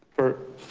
for?